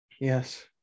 Yes